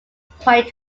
point